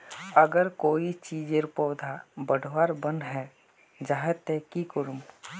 अगर कोई चीजेर पौधा बढ़वार बन है जहा ते की करूम?